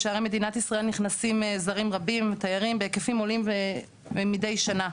בשערי מדינת ישראל נכנסים זרים רבים ותיירים בהיקפים עולים מדי שנה.